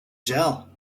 gel